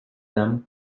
them